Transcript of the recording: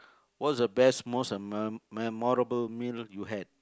what was the best most me~ memorable meal you had